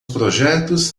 projetos